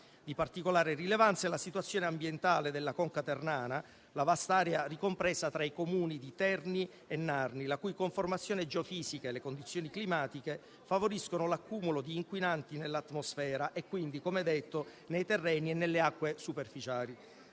Di particolare rilevanza è la situazione ambientale della conca ternana, la vasta area ricompresa tra i Comuni di Terni e Narni, la cui conformazione geofisica e le cui condizioni climatiche favoriscono l'accumulo di inquinanti nell'atmosfera e, quindi, come detto, nei terreni e nelle acque superficiali: